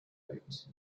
range